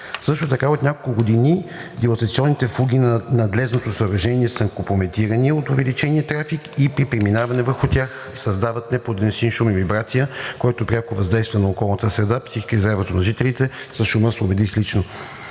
Също така от няколко години дилатационните фуги на надлезното съоръжение са компрометирани от увеличения трафик и при преминаване върху тях създават непоносим шум и вибрация, който пряко въздейства на околната среда, психиката и здравето на жителите. За шума се убедих лично.